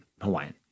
Hawaiian